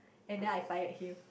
and then I fired him